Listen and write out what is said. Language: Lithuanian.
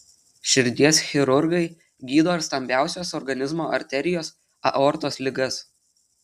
širdies chirurgai gydo ir stambiausios organizmo arterijos aortos ligas